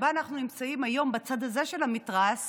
שבה אנחנו נמצאים היום בצד הזה של המתרס